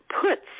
puts